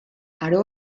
aro